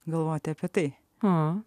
galvoti apie tai ko